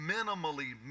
Minimally